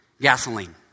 gasoline